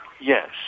Yes